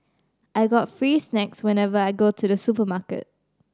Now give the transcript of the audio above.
I got free snacks whenever I go to the supermarket